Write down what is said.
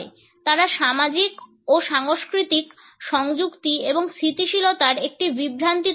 তারা সামাজিক ও সাংস্কৃতিক সংযুক্তি এবং স্থিতিশীলতার একটি বিভ্রান্তি তৈরি করে